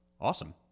Awesome